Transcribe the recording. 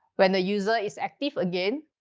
when the user is active again,